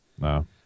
No